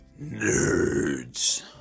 Nerds